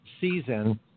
season